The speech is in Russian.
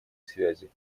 связи